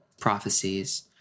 prophecies